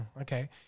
okay